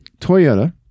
Toyota